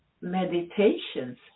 meditations